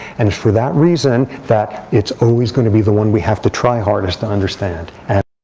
and it's for that reason, that it's always going to be the one we have to try hardest to understand.